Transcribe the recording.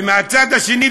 ומהצד השני,